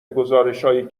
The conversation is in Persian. گزارشهایی